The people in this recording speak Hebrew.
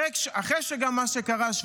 אחרי מה שקרה,